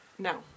No